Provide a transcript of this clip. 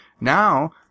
now